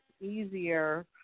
easier